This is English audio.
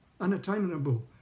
unattainable